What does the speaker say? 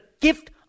gift